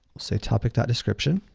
say, topic description.